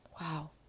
Wow